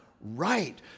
right